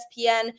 ESPN